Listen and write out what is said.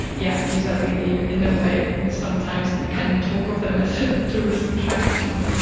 yeah these are really in a way, sometimes we can talk of them as tourist attractions.